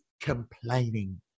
complaining